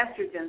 estrogen